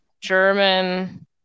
German